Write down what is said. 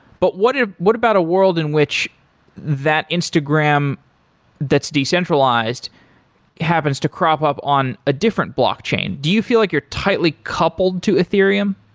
but what ah what about a world in which that instagram that's decentralized happens to crop up on a different blockchain? do you feel like you're tightly tightly coupled to ethereum?